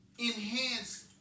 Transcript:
Enhanced